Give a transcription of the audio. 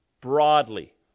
broadly